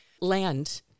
land